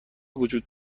وجود